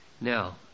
Now